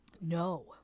No